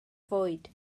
fwyd